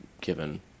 given